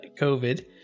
covid